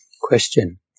Question